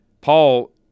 Paul